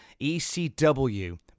ECW